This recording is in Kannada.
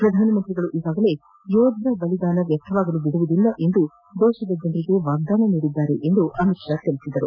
ಪ್ರಧಾನಮಂತ್ರಿಯವರು ಈಗಾಗಲೇ ಯೋಧರ ಬಲಿದಾನ ವ್ಯರ್ಥವಾಗಲು ಬಿಡುವುದಿಲ್ಲ ಎಂದು ದೇಶದ ಜನರಿಗೆ ವಾಗ್ದಾನ ನೀಡಿದ್ದಾರೆ ಎಂದು ಅಮಿತ್ ಷಾ ಹೇಳಿದರು